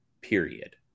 period